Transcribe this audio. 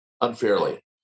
unfairly